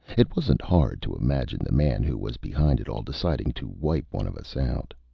it wasn't hard to imagine the man who was behind it all deciding to wipe one of us out.